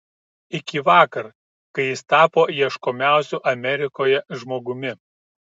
iki vakar kai jis tapo ieškomiausiu amerikoje žmogumi